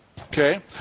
okay